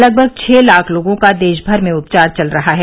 लगभग छह लाख लोगों का देश भर में उपचार चल रहा है